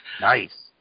Nice